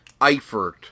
Eifert